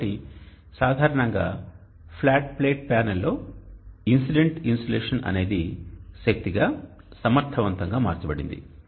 కాబట్టి సాధారణంగా flat plate ప్యానెల్లో ఇన్సిడెంట్ ఇన్సులేషన్ అనేది శక్తిగా సమర్థవంతంగా మార్చబడినది